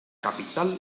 capital